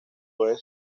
puede